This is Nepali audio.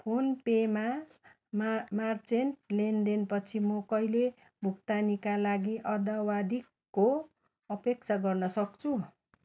फोन पेमा मा मर्चेन्ट लेनदेन पछि म कहिले भुक्तानीका लागि अद्यावधिकको अपेक्षा गर्नसक्छु